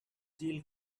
jill